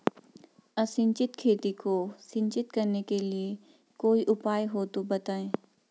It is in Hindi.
असिंचित खेती को सिंचित करने के लिए कोई उपाय हो तो बताएं?